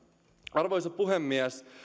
arvoisa puhemies